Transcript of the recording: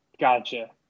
Gotcha